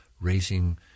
raising